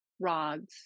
rods